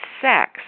sex